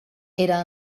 era